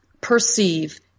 perceive